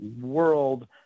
world